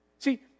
See